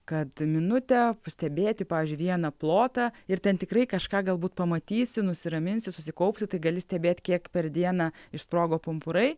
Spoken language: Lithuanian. kad minutę pastebėti pavyzdžiui vieną plotą ir ten tikrai kažką galbūt pamatysi nusiraminsi susikaupsi tai gali stebėt kiek per dieną išsprogo pumpurai